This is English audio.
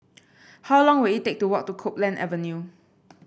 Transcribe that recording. how long will it take to walk to Copeland Avenue